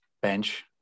bench